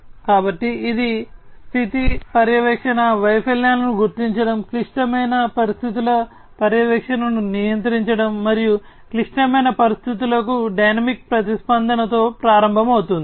కాబట్టి ఇది స్థితి పర్యవేక్షణ వైఫల్యాన్ని గుర్తించడం క్లిష్టమైన పరిస్థితుల పర్యవేక్షణను నియంత్రించడం మరియు క్లిష్టమైన పరిస్థితులకు డైనమిక్ ప్రతిస్పందనతో ప్రారంభమవుతుంది